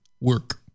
Work